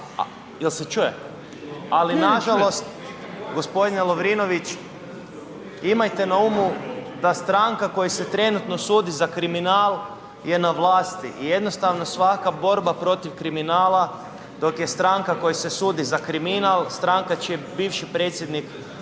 u zatvoru. Ali nažalost, gospodine Lovrinović imajte na umu da stranaka kojoj se trenutno sudi za kriminal je na vlasti i jednostavno svaka borba protiv kriminala dok je stranka kojoj se sudi za kriminal stranka čiji je bivši predsjednik